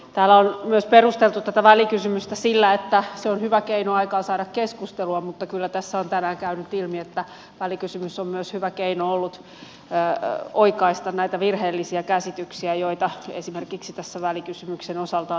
täällä on myös perusteltu tätä välikysymystä sillä että se on hyvä keino aikaansaada keskustelua mutta kyllä tässä on tänään käynyt ilmi että välikysymys on ollut myös hyvä keino oikaista näitä virheellisiä käsityksiä joita esimerkiksi tässä välikysymyksen osalta on esitetty